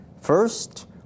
First